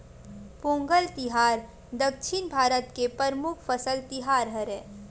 पोंगल तिहार दक्छिन भारत के परमुख फसल तिहार हरय